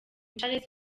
charles